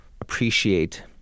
appreciate